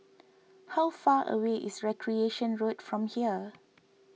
how far away is Recreation Road from here